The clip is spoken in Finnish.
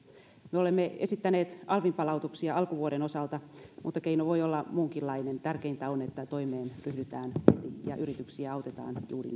me olemme esittäneet alvipalautuksia alkuvuoden osalta mutta keino voi olla muunkinlainen tärkeintä on että toimeen ryhdytään heti ja yrityksiä autetaan juuri